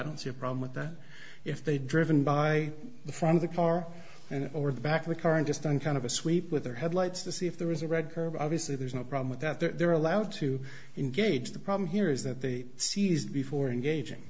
don't see a problem with that if they driven by the from the car and or the back of the car and just on kind of a sweep with their headlights to see if there was a red curve obviously there's no problem with that they're allowed to engage the problem here is that they seized before engaging